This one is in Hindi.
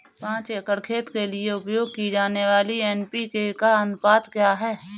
पाँच एकड़ खेत के लिए उपयोग की जाने वाली एन.पी.के का अनुपात क्या है?